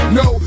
no